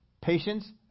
Patience